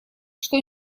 что